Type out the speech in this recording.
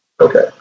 Okay